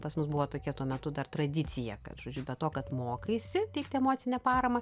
pas mus buvo tokia tuo metu dar tradicija kad žodžiu be to kad mokaisi teikti emocinę paramą